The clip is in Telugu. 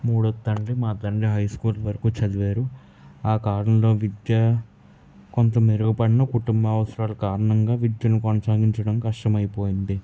మూడోది తండ్రి మా తండ్రి హైస్కూల్ వరకు చదివారు ఆ కాలంలో విద్య కొంత మెరుగుపడిన కుటుంబ అవసరాల కారణంగా విద్యను కొనసాగించడం కష్టం అయిపోయింది